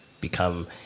become